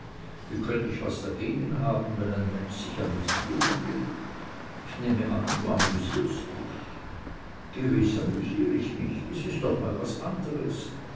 wie könnt ich was dagegen haben wenn ein mensch sich amüsieren will ich nehme an du amüsierst dich gewiß amüsier ich mich es ist doch mal was anderes